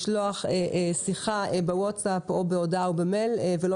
לשלוח שיחה בווטסאפ או בהודעה או במייל ולא